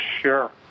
Sure